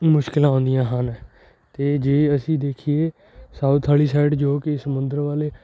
ਮੁਸ਼ਕਿਲਾਂ ਆਉਂਦੀਆਂ ਹਨ ਅਤੇ ਜੇ ਅਸੀਂ ਦੇਖੀਏ ਸਾਊਥ ਵਾਲੀ ਸਾਈਡ ਜੋ ਕਿ ਸਮੁੰਦਰ ਵਾਲੇ